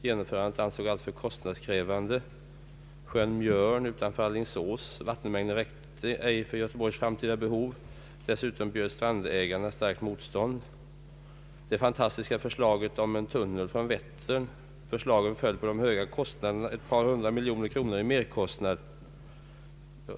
Genomförandet ansågs vara kostnadskrävande. Sjön Mjörn utanför Alingsås: Vattenmängden räckte ej för Göteborgs framtida behov. Dessutom bjöd strandägarna starkt motstånd. Det fantastiska förslaget om en tunnel från Vättern föll på de höga kostnaderna, ett par hundra miljoner kronor i merkostnad.